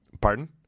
Pardon